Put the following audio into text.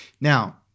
Now